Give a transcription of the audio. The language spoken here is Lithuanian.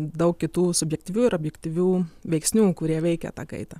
daug kitų subjektyvių ir objektyvių veiksnių kurie veikia tą kaitą